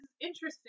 interesting